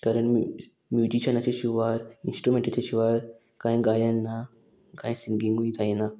कारण म्युजिशनाचे शिवार इंस्ट्रुमेंटाचे शिवार कांय गायन ना कांय सिंगींगूय जायना